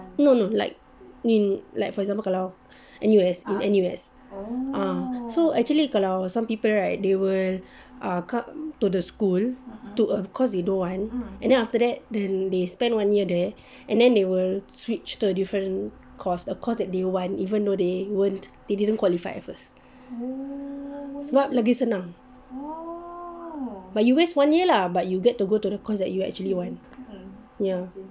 no no like in for example like kalau in N_U_S in N_U_S so actually kalau some people right they will uh come to the school to a course they don't want and then after that they spend one year there and they will switch to a different course a course that they want even though they weren't they didn't qualify at first sebab lagi senang but you waste one year lah but you get to go to the course you actually want ya